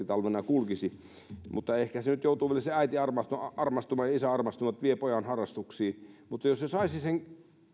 talvena kulkisi mutta ehkä nyt joutuu vielä se äiti armastumaan ja isä armastumaan että vie pojan harrastuksiin mutta jos he saisivat sen